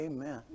Amen